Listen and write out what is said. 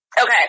Okay